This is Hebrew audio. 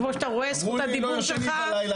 כמו שאתה רואה זכות הדיבור שלך --- אמרו לי לא ישנים בלילה,